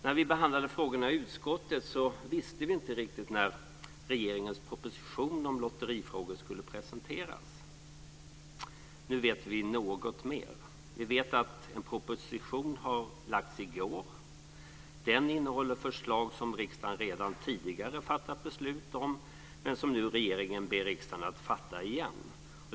När vi behandlade frågorna i utskottet visste vi inte riktigt när regeringens proposition om lotterifrågor skulle presenteras. Nu vet vi något mer. Vi vet att en proposition lades fram i går. Den innehåller förslag som riksdagen redan tidigare fattat beslut om, men som regeringen nu ber riksdagen att fatta igen.